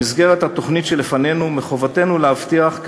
במסגרת התוכנית שלפנינו מחובתנו להבטיח כי